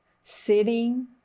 sitting